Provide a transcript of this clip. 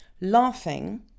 laughing